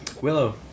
Willow